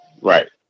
Right